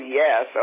yes